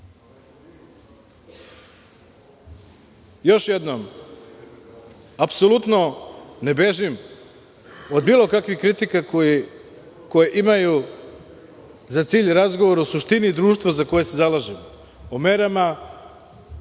jednom, apsolutno ne bežim od bilo kakve kritike koja ima za cilj razgovor o suštini društva za koje se zalažu, o merama